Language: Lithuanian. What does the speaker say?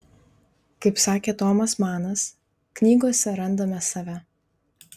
kaip sakė tomas manas knygose randame save